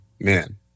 Man